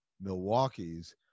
Milwaukee's